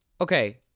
Okay